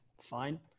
fine